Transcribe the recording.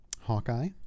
Hawkeye